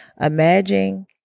Imagine